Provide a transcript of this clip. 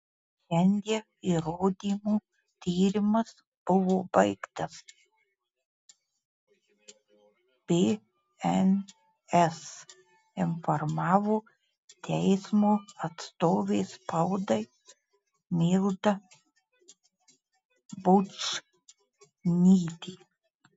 šiandien įrodymų tyrimas buvo baigtas bns informavo teismo atstovė spaudai milda bučnytė